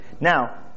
Now